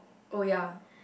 oh ya